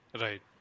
Right